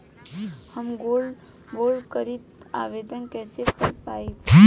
हम gold bond करतिं आवेदन कइसे कर पाइब?